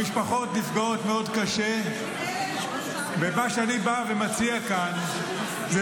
המשפחות נפגעות מאוד קשה ------- ומה שאני בא ומציע כאן הוא